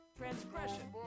transgression